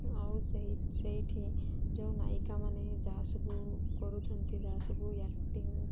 ଆଉ ସେଇ ସେଇଠି ଯେଉଁ ନାୟିକାମାନେ ଯାହା ସବୁ କରୁଛନ୍ତି ଯାହା ସବୁ ଆକ୍ଟିଂ